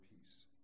peace